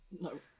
No